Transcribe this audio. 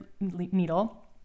needle